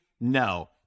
No